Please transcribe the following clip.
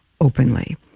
openly